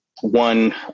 one